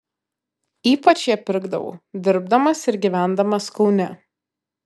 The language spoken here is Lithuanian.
ypač ją pirkdavau dirbdamas ir gyvendamas kaune